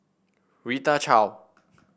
Rita Chao